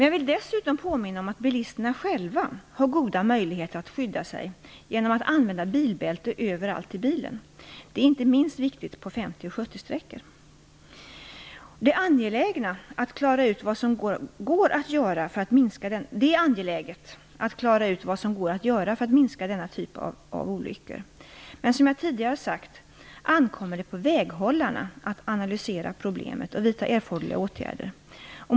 Jag vill dessutom påminna om att bilisterna själva har goda möjligheter att skydda sig genom att använda bilbälte överallt i bilen. Detta är inte minst viktigt på 50 och 70-sträckor. Det är angeläget att klara ut vad som går att göra för att minska denna typ av olyckor. Men som jag tidigare har sagt ankommer det på väghållarna att analysera problemet och vidta erforderliga åtgärder.